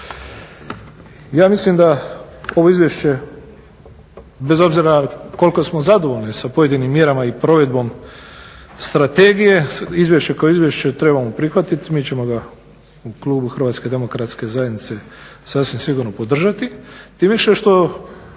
Ja mislim da ovo izvješće bez obzira koliko smo zadovoljni sa pojedinim mjerama i provedbom strategije, izvješće kao izvješće trebamo prihvatiti, mi ćemo ga u Klubu Hrvatske demokratske zajednice sasvim sigurno podržati.